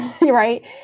Right